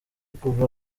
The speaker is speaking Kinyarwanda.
kuva